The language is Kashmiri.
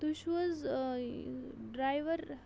تُہۍ چھُو حظ ڈرٛایوَر